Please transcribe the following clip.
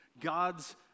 God's